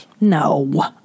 No